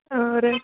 होर